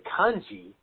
kanji